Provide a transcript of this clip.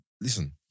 listen